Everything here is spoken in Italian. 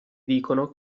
dicono